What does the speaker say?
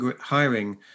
hiring